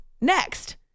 next